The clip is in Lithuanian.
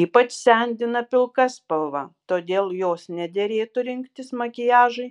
ypač sendina pilka spalva todėl jos nederėtų rinktis makiažui